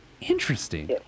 Interesting